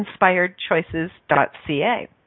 InspiredChoices.ca